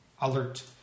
alert